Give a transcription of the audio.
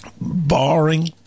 barring